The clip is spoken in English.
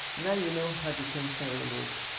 now you know how to clean celery root.